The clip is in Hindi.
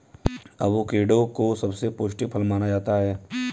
अवोकेडो को सबसे पौष्टिक फल माना जाता है